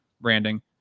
branding